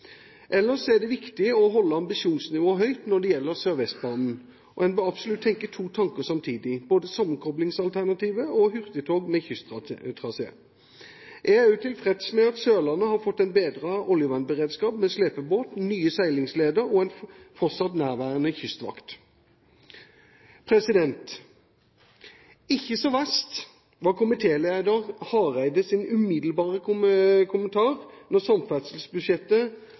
Ellers er det viktig å holde ambisjonsnivået høyt når det gjelder Sørvestbanen. En bør absolutt tenke to tanker samtidig, både sammenkoblingsalternativet og hurtigtog med kysttrasé. Jeg er også tilfreds med at Sørlandet har fått bedre oljevernberedskap, med slepebåt, nye seilingsleder og en fortsatt nærværende kystvakt. Ikke så verst, var komitéleder Hareides umiddelbare kommentar da samferdselsbudsjettet